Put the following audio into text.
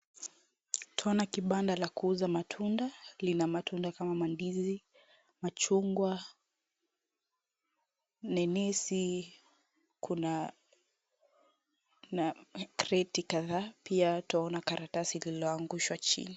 Twaona kibanda la kuuza matunda, lina matunda kama mandizi, machungwa, nenesi, kuna kreti kadhaa, pia twaona karatasi lililoangushwa chini.